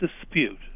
dispute